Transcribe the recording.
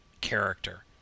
character